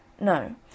No